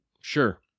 sure